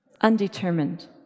Undetermined